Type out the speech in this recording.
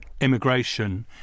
immigration